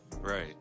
Right